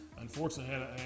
Unfortunately